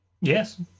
Yes